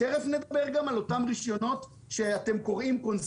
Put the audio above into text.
תיכף נדבר גם על אותם הרישיונות שאתם קוראים להם